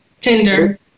tinder